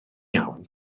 iawn